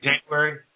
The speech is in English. January